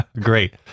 Great